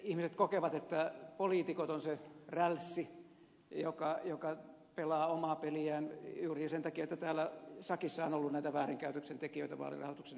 ihmiset kokevat että poliitikot on se rälssi joka pelaa omaa peliään juuri sen takia että täällä sakissa on ollut näitä väärinkäytöksen tekijöitä vaalirahoituksen ympärillä jnp